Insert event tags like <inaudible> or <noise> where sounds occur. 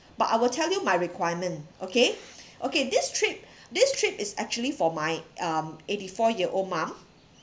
but I will tell you my requirement okay <breath> okay this trip <breath> this trip is actually for my um eighty four year old mom